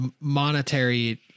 monetary